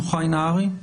יוחאי נהרי,